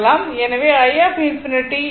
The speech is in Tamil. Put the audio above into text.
எனவே i∞ 1